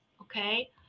okay